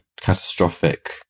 catastrophic